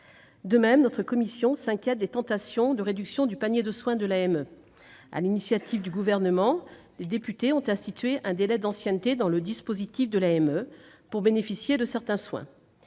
De même, notre commission s'inquiète des tentations de réduction du panier de soins de l'AME. Sur l'initiative du Gouvernement, les députés ont institué un délai d'ancienneté dans le dispositif de l'AME pour bénéficier de certains soins.